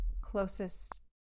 closest